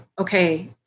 okay